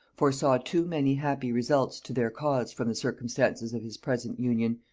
foresaw too many happy results to their cause from the circumstances of his present union,